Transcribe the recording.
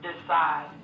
decide